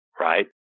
right